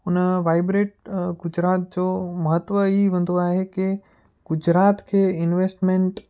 हुन वाइब्रेंट गुजरात जो महत्वु ई हूंदो आहे कि गुजरात खे इंवेस्टमेंट